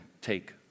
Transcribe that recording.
take